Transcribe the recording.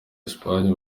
espagne